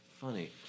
funny